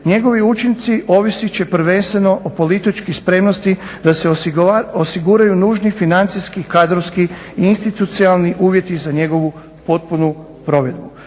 njegovi učinci ovisit će prvenstveno o političkoj spremnosti da se osiguraju nužni financijski i kadrovski i institucionalni uvjeti za njegovu potpunu provedbu.